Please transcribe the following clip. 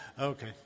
Okay